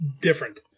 different